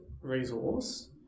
resource